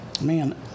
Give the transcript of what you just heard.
man